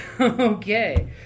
Okay